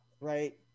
right